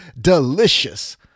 delicious